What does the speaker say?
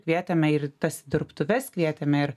kvietėme ir į tas dirbtuves kvietėme ir